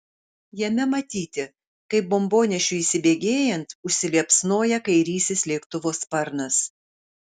jame matyti kaip bombonešiui įsibėgėjant užsiliepsnoja kairysis lėktuvo sparnas